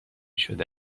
شده